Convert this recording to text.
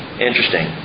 Interesting